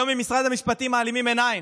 היום, ממשרד המשפטים, מעלימים עין,